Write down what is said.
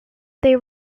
they